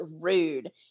rude